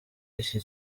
iki